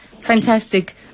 Fantastic